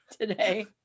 today